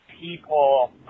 people